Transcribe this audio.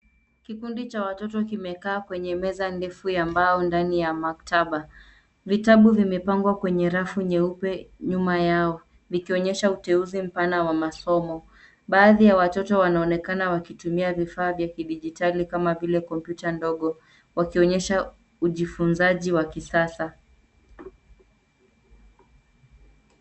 Kikundi cha watoto kimekaa kwenye meza ndefu ya mbao ndani ya maktaba. Vitabu vimepangwa kwenye rafu nyeupe nyuma yao vikionyesha uteuzi mpana wa masomo. Baadhi ya watoto wanaonekana wakitumia vifaa vya kidijitali kama vile kompyuta ndogo wakionyesha ujifunzaji wa kisasa.